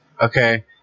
okay